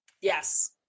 Yes